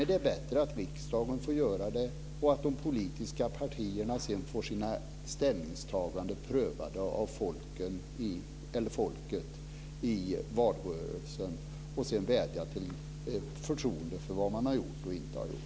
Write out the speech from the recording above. Det är bättre att riksdagen får göra det och att de politiska partierna sedan får sina ställningstaganden prövade av folket i valrörelsen och får vädja om förtroende för vad man har gjort och inte har gjort.